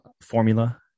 formula